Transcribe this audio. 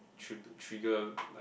should trigger like